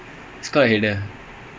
I can't believe I can't believe this